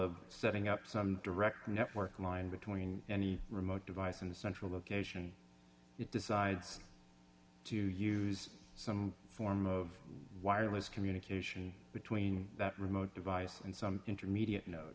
of setting up some direct network line between any remote device in the central location it decides to use some form of wireless communication between that remote device and some intermediate